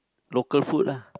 local food lah